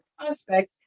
prospect